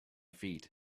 feet